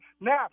now